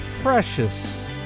precious